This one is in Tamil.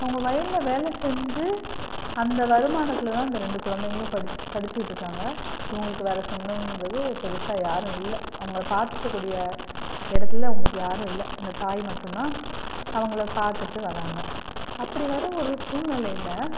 அவங்க வயலில் வேலை செஞ்சு அந்த வருமானதில் தான் அந்த ரெண்டு குழந்தைகளும் படிச் படிச்சிகிட்டு இருக்காங்க இவங்களுக்கு வேறு சொந்தோன்றது பெருசாக யாரும் இல்லை அவங்கள பார்த்துக்க கூடிய இடத்துல அவங்களுக்கு யாரும் இல்லை அந்த தாய் மட்டும் தான் அவங்கள பார்த்துட்டு வராங்க அப்படி வர்ற ஒரு சூழ்நிலையில